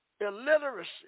illiteracy